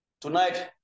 Tonight